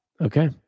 Okay